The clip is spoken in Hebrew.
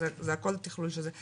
הכול זה תכלול של זה.